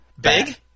Big